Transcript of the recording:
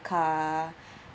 car